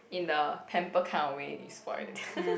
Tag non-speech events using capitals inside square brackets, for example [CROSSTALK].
in the pamper kind of way is spoilt [LAUGHS]